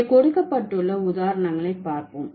இங்கே கொடுக்கப்பட்டுள்ள உதாரணங்களை பார்ப்போம்